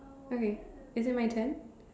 okay is that my turn